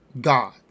God